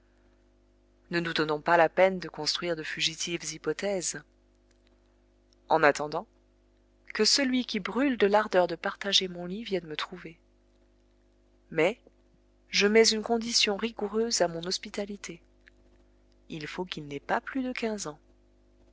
ne nous donnons pas la peine de construire de fugitives hypothèses en attendant que celui qui brûle de l'ardeur de partager mon lit vienne me trouver mais je mets une condition rigoureuse à mon hospitalité il faut qu'il n'ait pas plus de quinze ans